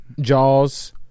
Jaws